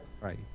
right